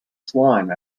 slime